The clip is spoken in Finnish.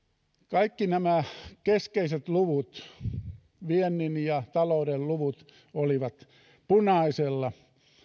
kaikki nämä keskeiset luvut viennin ja talouden luvut olivat punaisella